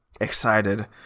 excited